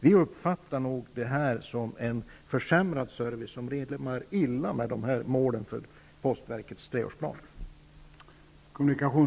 Vi uppfattar nog det här som en försämrad service, som rimmar illa med målen för postverkets treårsplan.